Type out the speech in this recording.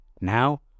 Now